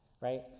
right